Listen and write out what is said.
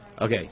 Okay